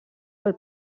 del